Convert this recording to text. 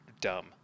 dumb